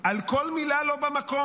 על כל מילה לא במקום,